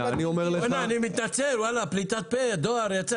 --- אני מתנצל על פליטת פה על הדואר.